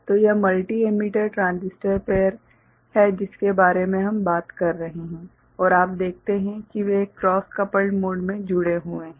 तो यह multi emitter transistor pair है जिसके बारे में हम बात कर रहे हैं और आप देखते हैं कि वे एक क्रॉस कपल्ड मोड में जुड़े हुए हैं